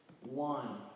one